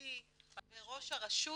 התקשורתי וראש רשות